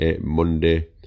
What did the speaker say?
Monday